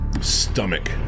stomach